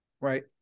right